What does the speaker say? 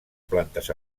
plantes